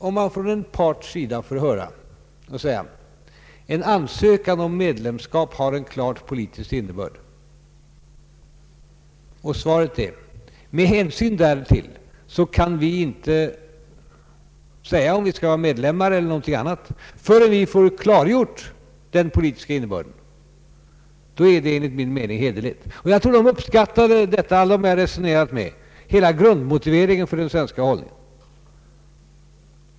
Om man från en parts sida säger att en ansökan om medlemskap har en klart politisk innebörd och att man med hänsyn därtill inte kan avgöra om vi skall vara medlemmar eller någonting annat förrän vi har fått den politiska innebörden klargjord för oss, då är det enligt min mening hederligt. Jag tror att alla som jag har resonerat med har uppskattat grundmotiveringen för den svenska hållningen.